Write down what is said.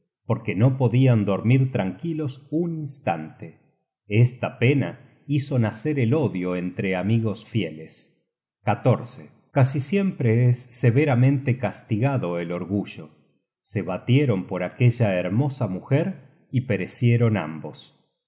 porque no podian dormir tranquilos un instante esta pena hizo nacer el odio entre amigos fieles casi siempre es severamente castigado el orgullo se batieron por aquella hermosa mujer y perecieron ambos